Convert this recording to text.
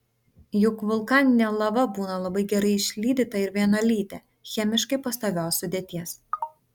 juk vulkaninė lava būna labai gerai išlydyta ir vienalytė chemiškai pastovios sudėties